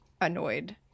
annoyed